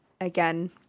again